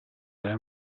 delle